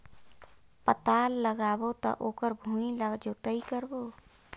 पातल लगाबो त ओकर भुईं ला जोतई करबो?